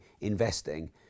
investing